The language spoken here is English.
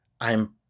I'm